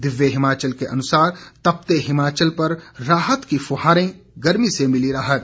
दिव्य हिमाचल के अनुसार तपते हिमाचल पर राहत की फुहारें गर्मी से मिली राहत